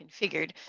configured